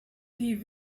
die